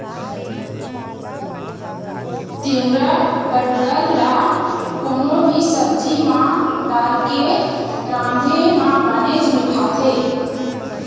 तिंवरा बटकर ल कोनो भी सब्जी म डारके राँधे म बनेच मिठाथे